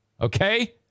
okay